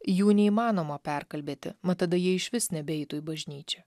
jų neįmanoma perkalbėti mat tada jie išvis nebeitų į bažnyčią